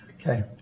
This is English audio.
Okay